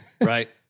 right